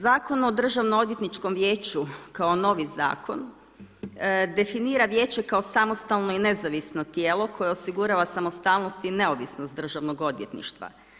Zakon o Državnoodvjetničkom vijeću kao novi zakon definira vijeće kao samostalno i nezavisno tijelo koje osigurava samostalnost i neovisnost Državnog odvjetništva.